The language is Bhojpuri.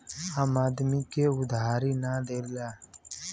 आम आदमी के उधारी ना देला